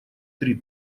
три